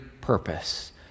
purpose